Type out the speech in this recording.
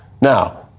Now